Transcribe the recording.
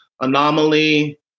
anomaly